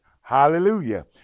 Hallelujah